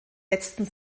letzten